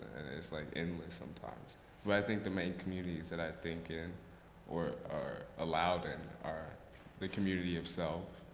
and it's like endless sometimes. but i think the main communities that i think in or are allowed and are the community of self.